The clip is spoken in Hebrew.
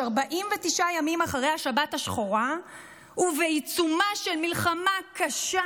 49 ימים אחרי השבת השחורה ובעיצומה של מלחמה קשה,